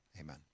Amen